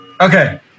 Okay